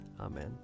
Amen